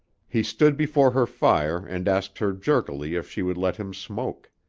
he stood before her fire and asked her jerkily if she would let him smoke.